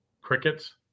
Crickets